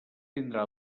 tindrà